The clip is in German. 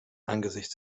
angesichts